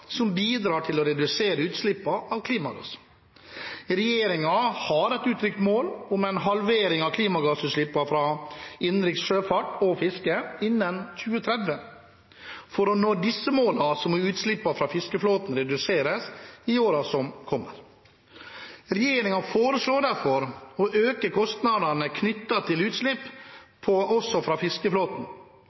som bidrar til å redusere utslippene av klimagasser. Regjeringen har et uttrykt mål om en halvering av klimagassutslippene fra innenriks sjøfart og fiske innen 2030. For å nå disse målene må utslippene fra fiskeflåten reduseres i årene som kommer. Regjeringen foreslår derfor å øke kostnadene knyttet til utslipp også fra fiskeflåten,